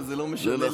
וזה לא משנה למי.